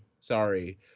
Sorry